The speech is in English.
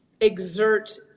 exert